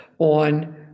on